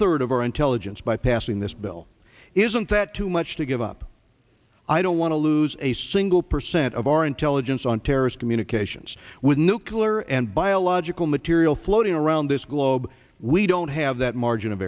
third of our intelligence by passing this bill isn't that too much to give up i don't want to lose a single percent of our intelligence on terrorist communications with nuclear and biological material floating around this globe we don't have that margin of